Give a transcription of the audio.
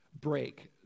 break